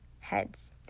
heads